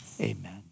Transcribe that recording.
amen